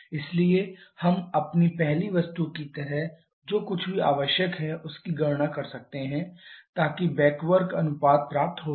इसलिए हम अपनी पहली वस्तु की तरह जो कुछ भी आवश्यक है उसकी गणना कर सकते हैं ताकि बैक वर्क अनुपात प्राप्त हो सके